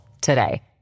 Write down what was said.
today